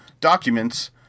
documents